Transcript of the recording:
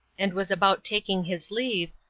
and was about taking his leave,